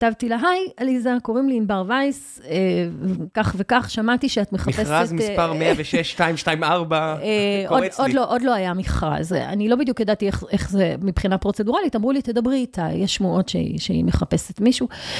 כתבתי לה, היי, עליזה, קוראים לי ענבר וייס, כך וכך, שמעתי שאת מחפשת... מכרז מספר 106-224, זה קורץ לי. עוד לא היה מכרז, אני לא בדיוק ידעתי איך זה מבחינה פרוצדורלית, אמרו לי, תדברי איתה, יש שמועות שהיא מחפשת מישהו.